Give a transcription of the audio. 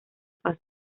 fase